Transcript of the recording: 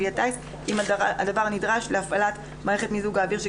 אני מדבר על משרד הבריאות.